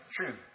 True